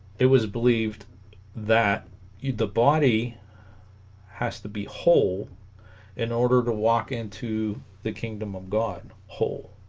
it was believed that the body has to be whole in order to walk into the kingdom of god whole